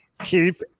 Keep